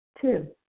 Two